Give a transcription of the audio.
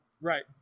right